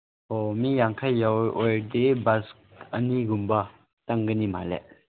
ꯑꯣ ꯃꯤ ꯌꯥꯡꯈꯩ ꯌꯧꯔ ꯑꯣꯏꯔꯗꯤ ꯕꯁ ꯑꯅꯤꯒꯨꯝꯕ ꯆꯪꯒꯅꯤ ꯃꯥꯜꯂꯦ